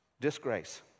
Disgrace